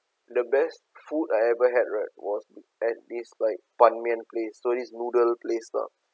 the best food I ever had right was at this like ban mian place sorry is noodle place lah